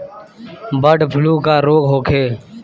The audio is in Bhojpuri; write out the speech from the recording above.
बडॅ फ्लू का रोग होखे?